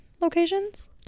locations